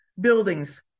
Buildings